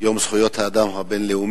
את יום זכויות האדם הבין-לאומי,